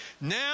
Now